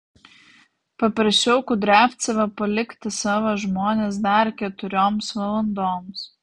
paprašiau kudriavcevą palikti savo žmones dar keturioms valandoms